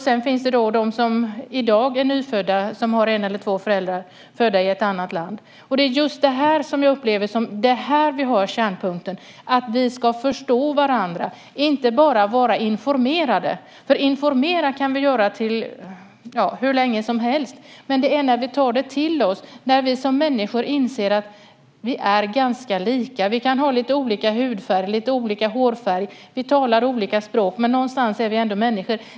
Sedan finns de som i dag är nyfödda som har en eller två föräldrar födda i ett annat land. Det är just här jag upplever att vi har kärnpunkten, att vi ska förstå varandra, inte bara vara informerade. Informera kan vi göra hur länge som helst, men vi måste ta det till oss och som människor inse att vi är ganska lika. Vi kan ha lite olika hudfärg, lite olika hårfärg och tala olika språk, men någonstans är vi ändå människor.